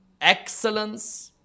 excellence